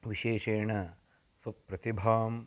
विशेषेण स्वप्रतिभां